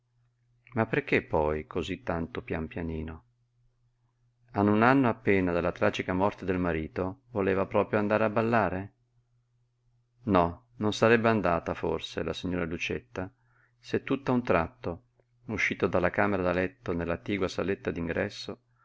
ma perché poi cosí tanto pian pianino a un anno appena dalla tragica morte del marito voleva proprio andare a ballare no non sarebbe andata forse la signora lucietta se tutt'a un tratto uscita dalla camera da letto nell'attigua saletta